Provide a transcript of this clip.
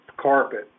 carpet